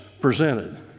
presented